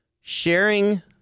sharing